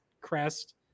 crest